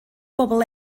bobl